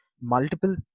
multiple